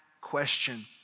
question